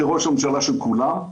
כראש הממשלה של כולם,